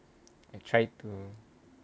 I try to